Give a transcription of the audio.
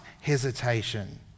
hesitation